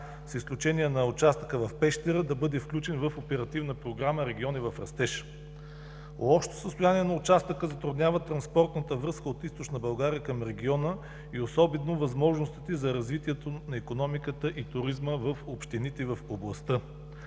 с изключение на участъка в Пещера, да бъде включен в Оперативна програма „Региони в растеж“. Лошото състояние на участъка затруднява транспортната връзка от Източна България към региона и особено възможностите за развитието на икономиката и туризма в общините в областта